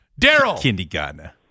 Daryl